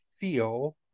feel